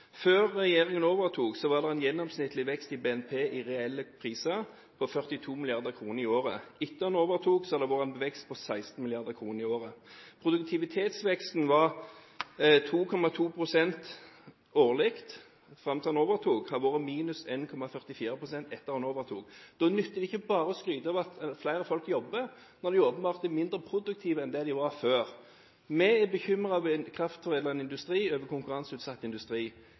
Før regjeringen overtok, var det en gjennomsnittlig vekst i BNP i reelle priser på 42 mrd. kr i året. Etter at den overtok, har det vært en vekst på 16 mrd. kr i året. Produktivitetsveksten var på 2,2 pst. årlig fram til den overtok – og har vært på minus 1,44 pst. etter at den overtok. Det nytter ikke bare å skryte av at flere folk jobber, når de åpenbart er mindre produktive enn det de var før. Vi er bekymret for den kraftforedlende industri, for konkurranseutsatt industri.